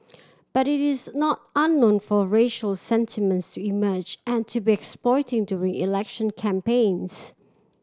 but it is not unknown for racial sentiments to emerge and to be exploited during election campaigns